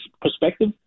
perspective